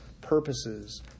purposes